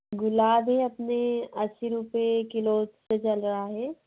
गुलाब हैं अपने अस्सी रूपए किलो से चल रहा है